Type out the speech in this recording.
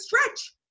stretch